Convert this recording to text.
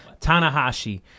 Tanahashi